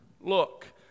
look